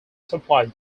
supplies